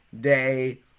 day